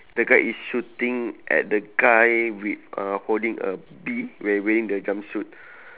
the guy is shooting at the guy with uh holding a bead wear wearing the jumping suit